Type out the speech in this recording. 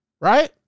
Right